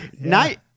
night